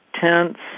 Tents